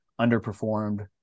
underperformed